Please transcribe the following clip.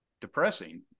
depressing